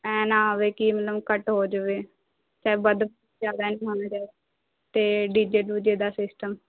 ਐਂ ਨਾ ਹੋਵੇ ਕਿ ਮਤਲਬ ਘੱਟ ਹੋ ਜਾਵੇ ਚਾਹੇ ਵੱਧ ਅਤੇ ਡੀਜੇ ਡੂਜੇ ਦਾ ਸਿਸਟਮ